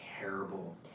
terrible